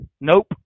Nope